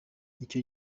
icyo